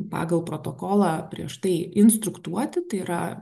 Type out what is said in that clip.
pagal protokolą prieš tai instruktuoti tai yra